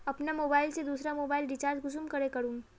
अपना मोबाईल से दुसरा मोबाईल रिचार्ज कुंसम करे करूम?